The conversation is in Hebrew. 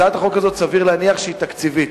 הצעת החוק הזאת, סביר להניח שהיא תקציבית.